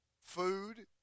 food